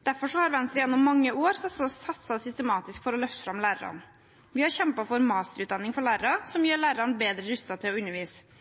Derfor har Venstre gjennom mange år satset systematisk for å løfte fram lærerne. Vi har kjempet for masterutdanning for lærere, som gjør lærerne bedre rustet til å undervise.